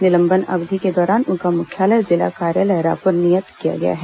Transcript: निलंबन अवधि के दौरान उनका मुख्यालय जिला कार्यालय रायपूर नियत किया गया है